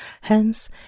Hence